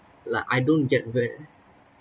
like I don't get where